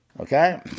Okay